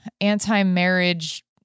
anti-marriage